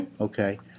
Okay